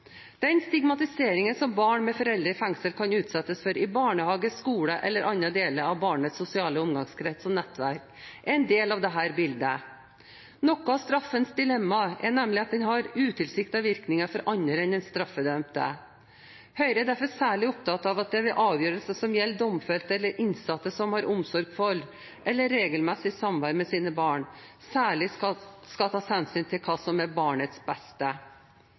Den stigmatiseringen som barn med foreldre i fengsel kan utsettes for i barnehage, skole eller andre deler av barnets sosiale omgangskrets og nettverk, er en del av dette bildet. Noe av straffens dilemma er nemlig at den har utilsiktede virkninger for andre enn den straffedømte. Høyre er derfor særlig opptatt av at det ved avgjørelser som gjelder domfelte eller innsatte som har omsorg for eller regelmessig samvær med sine barn, særlig skal tas hensyn til hva som er barnets beste.